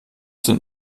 sind